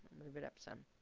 move it up some.